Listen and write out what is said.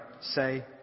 say